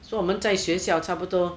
说我们在学校差不多